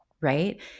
right